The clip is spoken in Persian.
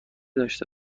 داشته